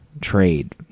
Trade